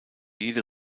jede